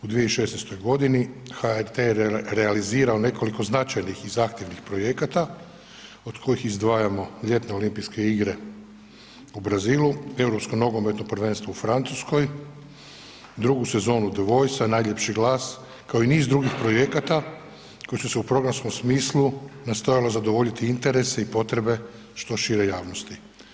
U 2016.g. HRT je realizirao nekoliko značajnih i zahtjevnih projekata od kojih izdvajamo Ljetne olimpijske igre u Brazilu, Europsko nogometno prvenstvo u Francuskoj, drugu sezonu The Voice najljepši glas, kao i niz drugih projekata koji su se u programskom smislu nastojalo zadovoljiti interese i potrebe što šire javnosti.